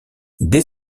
dès